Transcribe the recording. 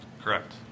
Correct